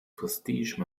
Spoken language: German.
prestige